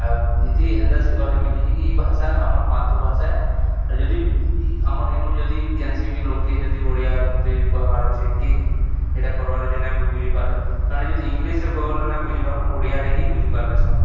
ଆଉ ଏଇଥି ଏନ୍ତା ଶିଖିବାର୍ ଲି ମିଲିଛି କି ଇ ଭାଷା ଆମର ମାତୃଭାଷା ଯଦି ଆମର ଇନୁ ଯଦି କେନ୍ସି ବି ଲୋକେ ଯଦି ଓଡ଼ିଆରେ କହବାର୍ ଅଛେ କି ଏଇଟା କର୍ବାର୍ ଅଛେ ନା ବି ବୁଝିପାରଲେ ସେଣେ ଯଦି ଇଂଲିଶସରେ କହିଲେ ନା ବୁଝିପାରୁନି ଓଡ଼ିଆରେ ହିଁ ବୁଝିପାରିବେ